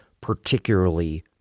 particularly